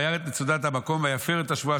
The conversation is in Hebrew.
"וירא את מצודת המקום ויפר את השבועה